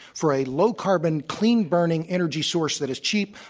for a low carbon, clean burning, energy source that is cheap,